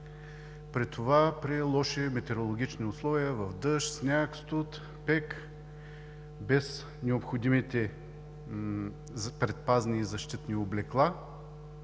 при това при лоши метеорологични условия – в дъжд, сняг, студ, пек, без необходимите предпазни и защитни облекла.